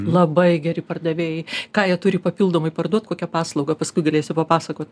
labai geri pardavėjai ką jie turi papildomai parduot kokią paslaugą paskui galėsiu papasakot